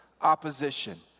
opposition